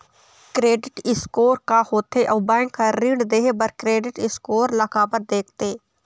Credit score का होथे अउ बैंक हर ऋण देहे बार क्रेडिट स्कोर ला काबर देखते?